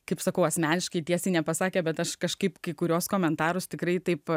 kaip sakau asmeniškai tiesiai nepasakė bet aš kažkaip kai kurios komentarų tikrai taip